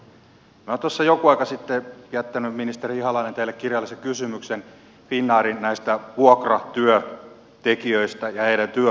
minä olen tuossa joku aika sitten jättänyt ministeri ihalainen teille kirjallisen kysymyksen näistä finnairin vuokratyöntekijöistä ja heidän työluvistaan